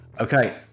Okay